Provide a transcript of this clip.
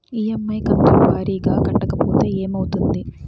EMI కంతుల వారీగా కట్టకపోతే ఏమవుతుంది?